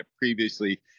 previously